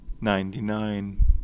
Ninety-nine